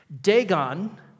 Dagon